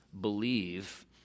believe